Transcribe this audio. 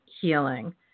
healing